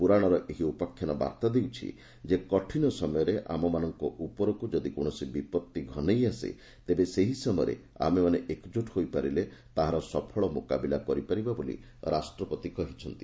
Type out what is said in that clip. ପୁରାଣର ଏହି ଉପାଖ୍ୟାନ ବାର୍ତ୍ତା ଦେଉଛି ଯେ କଠିନ ସମୟରେ ଆମମାନଙ୍କ ଉପରକୁ ଯଦି କୌଣସି ବିପତ୍ତି ଘନେଇ ଆସେ ତେବେ ସେହି ସମୟରେ ଆମେମାନେ ଏକଜୁଟ୍ ହୋଇପାରିଲେ ତାହାର ସଫଳ ମୁକାବିଲା କରିପାରିବା ବୋଲି ରାଷ୍ଟ୍ରପତି କହିଛନ୍ତି